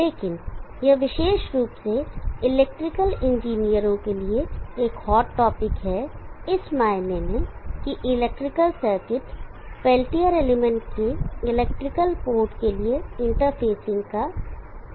लेकिन यह विशेष रूप से इलेक्ट्रिकल इंजीनियरों के लिए एक हॉट टॉपिक है इस मायने में कि इलेक्ट्रिकल सर्किट पेल्टियर एलिमेंट के इलेक्ट्रिकल पोर्ट के लिए इंटरफेसिंग का एक पक्ष है